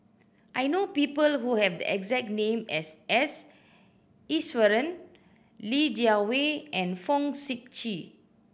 I know people who have exact name as S Iswaran Li Jiawei and Fong Sip Chee